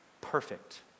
perfect